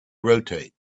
rotate